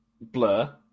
Blur